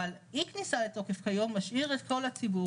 אבל אי כניסה לתוקף כיום משאיר את כל הציבור